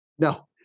No